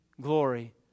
glory